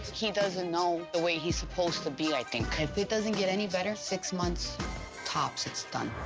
he doesn't know the way he's supposed to be i think. if it doesn't get any better, six months tops, it's done.